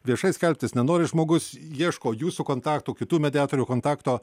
viešai skelbtis nenori žmogus ieško jūsų kontaktų kitų mediatorių kontakto